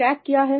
stake क्या है